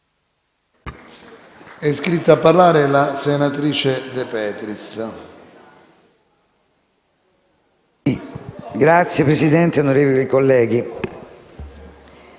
Signor Presidente, onorevoli colleghi,